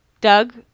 Doug